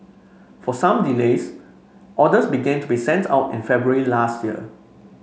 for some delays orders began to be sent out in February last year